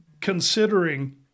considering